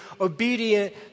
obedient